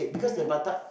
mmhmm